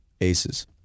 Aces